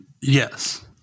Yes